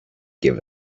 give